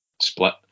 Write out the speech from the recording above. split